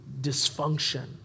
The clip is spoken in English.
dysfunction